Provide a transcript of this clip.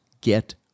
get